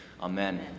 Amen